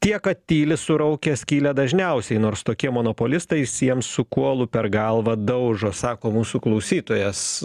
tie kad tyli suraukę skylę dažniausiai nors tokie monopolistai siems su kuolu per galvą daužo sako mūsų klausytojas